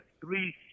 three